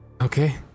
Okay